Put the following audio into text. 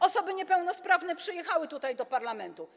Osoby niepełnosprawne przyjechały tutaj, do parlamentu.